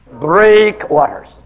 breakwaters